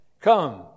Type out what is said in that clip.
come